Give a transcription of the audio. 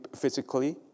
physically